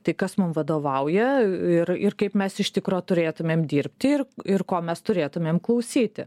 tai kas mum vadovauja ir ir kaip mes iš tikro turėtumėm dirbti ir ir ko mes turėtumėm klausyti